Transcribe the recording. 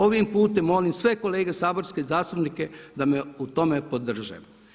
Ovim putem molim sve kolege saborske zastupnike da me u tome podrže.